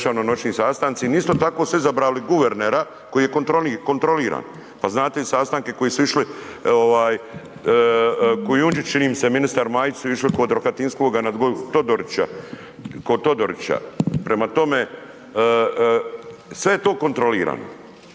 noćnim sastancima, nisu to, tako su izabrali guvernera koji je kontroliran, pa na te sastanke koje su išli ovaj Kujundžić čini mi se ministar Marić su išli kod Rohatinskog nagovorit Todorića, kod Todorića. Prema tome, sve je to kontrolirano,